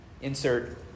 Insert